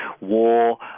war